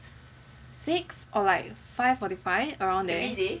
six or like five forty five around there